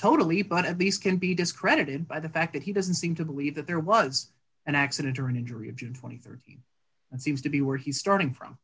totally but at least can be discredited by the fact that he doesn't seem to believe that there was an accident or an injury of june rd that seems to be where he's starting from